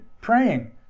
praying